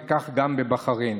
וכך גם בבחריין.